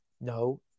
no